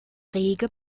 rege